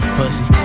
pussy